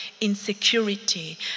insecurity